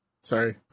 Sorry